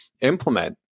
implement